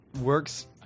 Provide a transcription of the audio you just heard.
works